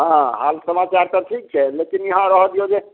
हँ हाल समाचार तऽ ठीक छै लेकिन इहाँ रहऽ दियौ जे